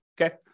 okay